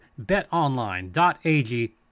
betonline.ag